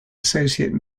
associate